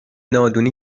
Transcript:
نادونی